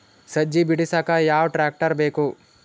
ಸಜ್ಜಿ ಬಿಡಸಕ ಯಾವ್ ಟ್ರ್ಯಾಕ್ಟರ್ ಬೇಕು?